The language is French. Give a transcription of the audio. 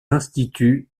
instituts